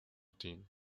team